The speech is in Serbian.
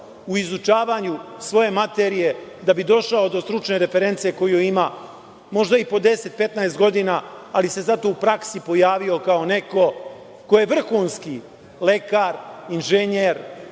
u izučavanju svoje materije da bi došao do stručne reference koju ima, možda i po 10-15 godina, ali se zato u praksi pojavio kao neko ko je vrhunski lekar, inženjer